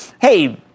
Hey